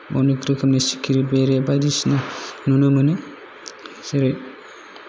अनेक रोखोमनि सिखिरि बेरे बायदिसिना नुनो मोनो जेरै